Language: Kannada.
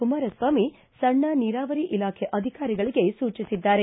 ಕುಮಾರಸ್ವಾಮಿ ಸಣ್ಣ ನೀರಾವರಿ ಇಲಾಖೆ ಅಧಿಕಾರಿಗಳಿಗೆ ಸೂಚಿಸಿದ್ದಾರೆ